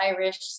Irish